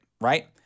right